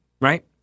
right